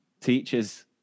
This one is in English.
teachers